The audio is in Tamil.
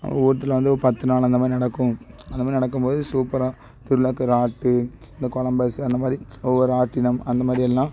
ஊர் திருவிழா வந்து பத்து நாள் அந்த மாதிரி நடக்கும் அந்த மாதிரி நடக்கும்போது சூப்பராக திருவிழாவிக்கு ராட்டு இந்த கொலம்பஸ் அந்த மாதிரி ஒவ்வொரு ராட்டிணம் அந்த மாதிரி எல்லாம்